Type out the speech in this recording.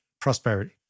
prosperity